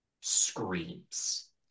screams